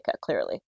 clearly